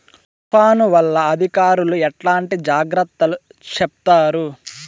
తుఫాను వల్ల అధికారులు ఎట్లాంటి జాగ్రత్తలు చెప్తారు?